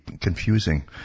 confusing